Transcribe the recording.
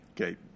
Okay